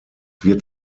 wird